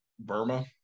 Burma